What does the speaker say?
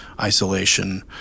isolation